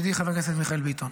ידידי חבר הכנסת מיכאל ביטון,